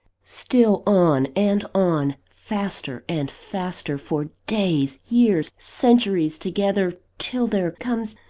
still on and on faster and faster, for days, years, centuries together, till there comes,